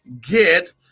get